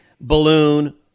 balloon